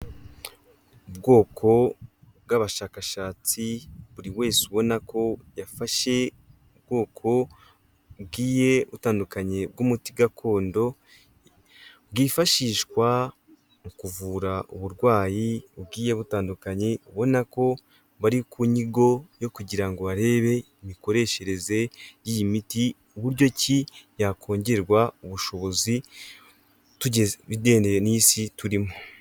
Ubwoko bw'abashakashatsi buri wese ubona ko yafashe ubwoko bugiye butandukanye bw'umuti gakondo bwifashishwa mu kuvura uburwayi bugiye butandukanye ubonako bari ku nyigo yo kugira ngo barebe imikoreshereze y'iyi miti buryo ki yakongererwa ubushobozi biddeye n'isi turimo.